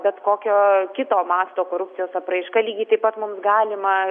bet kokio kito masto korupcijos apraiška lygiai taip pat mums galima